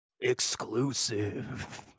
exclusive